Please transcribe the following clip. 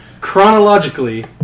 chronologically